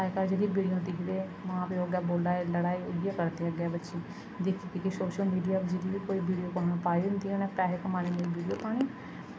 अज्ज कल जेह्ड़ियां वीडियो दिखदे मां प्यो अग्गें बोलै दे लड़ाई इयै करदे अग्गें बच्चे दिक्खो कि'यां सोशल मीडिया पर जेह्ड़ी बी कोई वीडियो कुसै ने पाई दियां होंदियां उनें पैहे कमाने लेई वीडियो पानी